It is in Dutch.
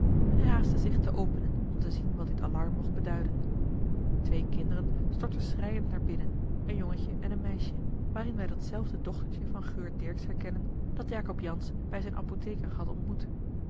haastte zich te openen om te zien wat dit alarm mocht beduiden twee kinderen stortten schreiend naar binnen een jongentje en een meisje waarin wij datzelfde dochtertje van geurt dirksz herkennen dat jacob jansz bij zijn apotheker had ontmoet